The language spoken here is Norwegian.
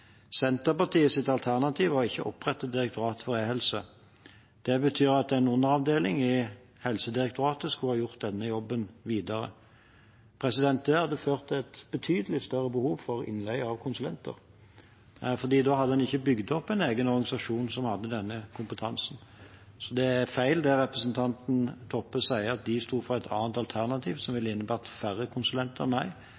alternativ var ikke å opprette Direktoratet for e-helse. Det betyr at en underavdeling i Helsedirektoratet skulle ha gjort denne jobben videre. Det hadde ført til et betydelig større behov for innleie av konsulenter, for da hadde en ikke bygd opp en egen organisasjon som hadde denne kompetansen. Så det representanten Toppe sier, at de sto for et annet alternativ som